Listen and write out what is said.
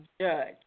Judge